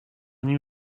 nim